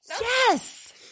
Yes